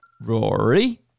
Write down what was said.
Rory